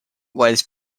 was